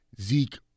Zeke